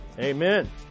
Amen